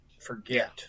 forget